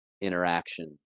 interaction